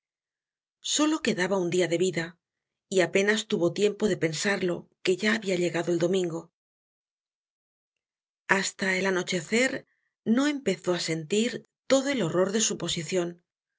solo quedaba un dia de vida y apenas tuvo tiempo de pensarlo que ya habia llegado el domingo hasta el anochecer no empezó á sentir todo el horror de su posicion